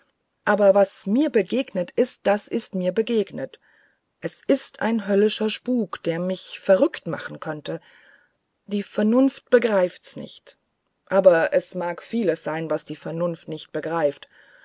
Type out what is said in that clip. aber was mit begegnet ist das ist mir begegnet es ist ein höllischer spuk der mich verrückt machen könnte die vernunft begreift's nicht aber es mag vieles sein das die vernunft nicht begreift